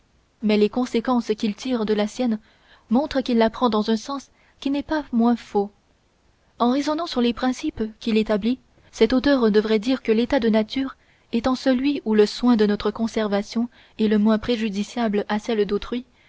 mais les conséquences qu'il tire de la sienne montrent qu'il la prend dans un sens qui n'est pas moins faux en raisonnant sur les principes qu'il établit cet auteur devait dire que l'état de nature étant celui où le soin de notre conservation est le moins préjudiciable à celle d'autrui